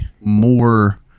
more